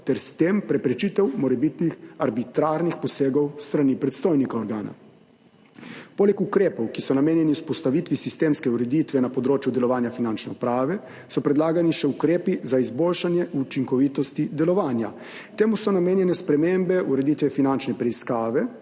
ter s tem preprečitev morebitnih arbitrarnih posegov s strani predstojnika organa. Poleg ukrepov, ki so namenjeni vzpostavitvi sistemske ureditve na področju delovanja Finančne uprave, so predlagani še ukrepi za izboljšanje učinkovitosti delovanja. Temu so namenjene spremembe ureditve finančne preiskave,